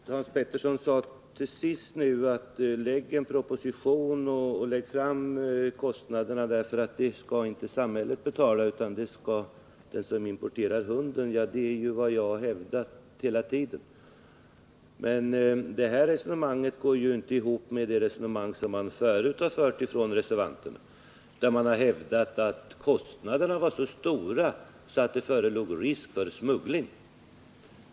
Fru talman! Hans Pettersson i Helsingborg sade till sist: Lägg fram en proposition och se till att den som importerar hunden får betala kostnaderna — dessa kostnader skall samhället inte betala. Det är ju vad jag har hävdat hela tiden. Men det här resonemanget går ju inte ihop med det resonemang som reservanterna tidigare fört. Då har man hävdat att avgifterna var så stora att det förelåg risk för smuggling.